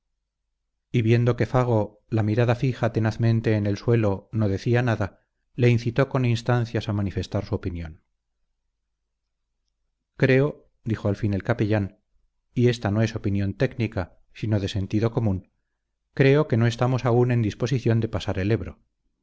viendo que fago la mirada fija tenazmente en el suelo no decía nada le incitó con instancias a manifestar su opinión creo dijo al fin el capellán y ésta no es opinión técnica sino de sentido común creo que no estamos aún en disposición de pasar el ebro